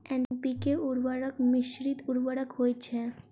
NPK उर्वरक मिश्रित उर्वरक होइत छै